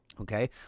Okay